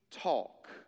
talk